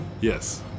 Yes